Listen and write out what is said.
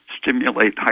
stimulate